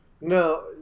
No